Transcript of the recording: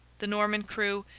the norman crew,